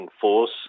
force